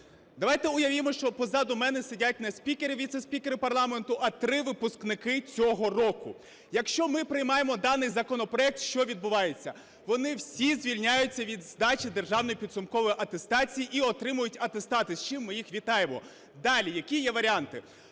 Давайте, уявімо, що позаду мене сидять не спікер і віце-спікери парламенту, а три випускники цього року. Якщо ми приймаємо даний законопроект, що відбувається? Вони всі звільняються від здачі державної підсумкової атестації і отримують атестати, з чим ми їх вітаємо. Далі, які є варіанти.